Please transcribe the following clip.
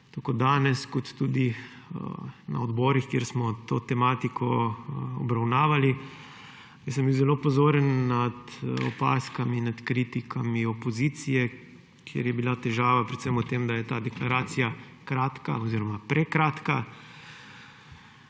tako danes kot tudi na odborih, kjer smo to tematiko obravnavali. Bil sem zelo pozoren na opazke, na kritike opozicije, kjer je bila težava predvsem v tem, da je ta deklaracija kratka oziroma prekratka,